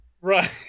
Right